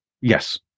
Yes